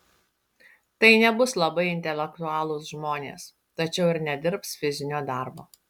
tai nebus labai intelektualūs žmonės tačiau ir nedirbs fizinio darbo